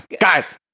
guys